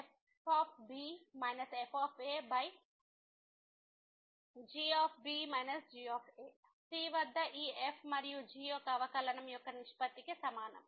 fb fgb g c వద్ద ఈ f మరియు g యొక్క అవకలనము యొక్క నిష్పత్తికి సమానం